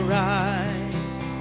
rise